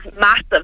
massive